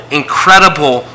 incredible